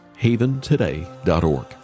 haventoday.org